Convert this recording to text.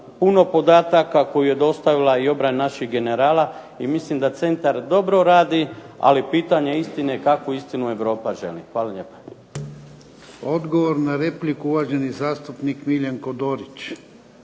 puno podataka koje je dostavila i obrana naših generala i mislim da centar dobro radi, ali pitanje istine kakvu istinu Europa želi. Hvala lijepa. **Jarnjak, Ivan (HDZ)** Odgovor na repliku uvaženi zastupnik Miljenko Dorić.